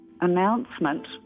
announcement